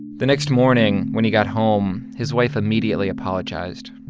the next morning when he got home, his wife immediately apologized,